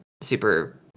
super